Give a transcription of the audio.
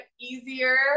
easier